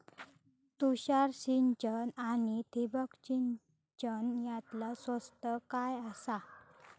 तुषार सिंचन आनी ठिबक सिंचन यातला स्वस्त काय आसा?